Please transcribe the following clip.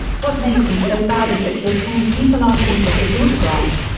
what makes him so bad is that he'll taunt people asking for his autograph.